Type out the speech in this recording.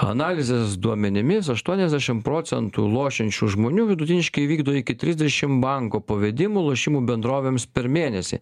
analizės duomenimis aštuoniasdešimt procentų lošiančių žmonių vidutiniškai įvykdo iki trisdešim banko pavedimų lošimų bendrovėms per mėnesį